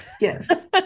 Yes